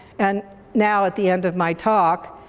and now at the end of my talk,